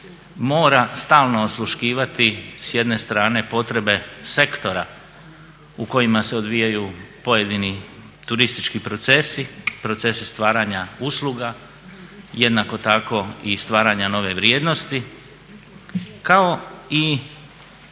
mora stalno osluškivati s jedne strane potrebe sektora u kojima se odvijaju pojedini turistički procesi, procesi stvaranja usluga. Jednako tako i stvaranja nove vrijednosti kao i